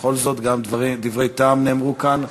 בכל זאת, גם דברים, דברי טעם נאמרו כאן.